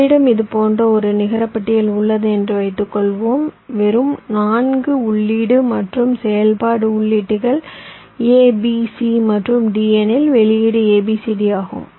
உங்களிடம் இது போன்ற ஒரு நிகரப்பட்டியல் உள்ளது என்று வைத்துக்கொள்வோம் வெறும் 4 உள்ளீடு மற்றும் செயல்பாடு உள்ளீடுகள் A B C மற்றும் D எனில் வெளியீடு ABCD ஆகும்